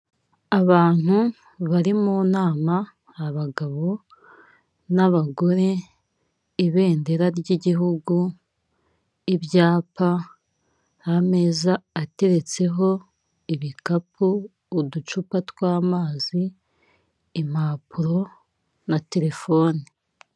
Abantu bari mu nama abagabo n'abagore ibendera ry'gihugu, ibyapa, ameza ateretseho ibikapu, uducupa tw'amazi impapuro na telefoni.